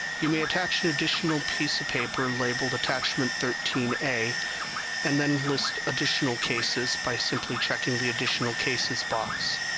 you may attach an additional piece of paper and label it attachment thirteen a and then list additional cases by simply checking the additional cases box.